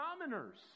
commoners